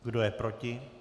Kdo je proti?